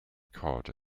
cod